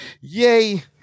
Yay